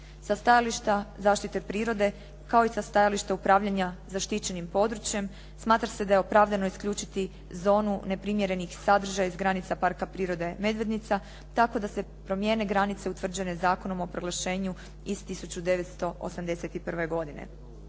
Sa stajališta zaštite prirode, kao i sa stajališta upravljanja zaštićenim područjem, smatra se da je opravdano isključiti zonu neprimjerenih sadržaja iz granica Parka prirode "Medvednica" tako da se promijene granice utvrđene zakonom o proglašenju iz 1981. godine.